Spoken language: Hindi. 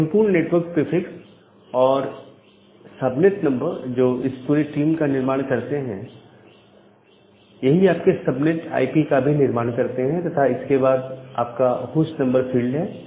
यह संपूर्ण नेटवर्क प्रीफिक्स और सब नेट नंबर जो इस पूरे टीम का निर्माण करते हैं यही आपके सबनेट आईपी का भी निर्माण करते हैं तथा इसके बाद यह आपका होस्ट नंबर फील्ड है